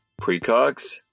Precogs